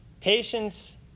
patience